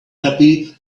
happy